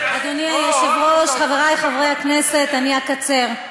היושב-ראש, חברי חברי הכנסת, אני אקצר.